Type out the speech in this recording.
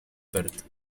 perth